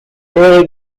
rarely